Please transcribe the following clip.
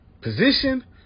position